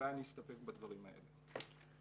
אסתפק בדברים האלה.